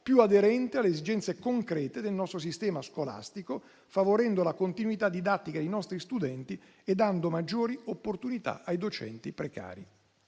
più aderente alle esigenze concrete del nostro sistema scolastico, favorendo la continuità didattica dei nostri studenti e dando maggiori opportunità ai docenti precari.